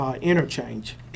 interchange